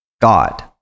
God